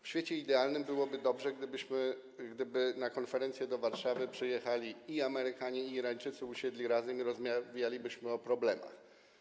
W świecie idealnym byłoby tak - byłoby dobrze, gdyby na konferencję do Warszawy przyjechali i Amerykanie, i Irańczycy, usiedli razem i rozmawialibyśmy o problemach.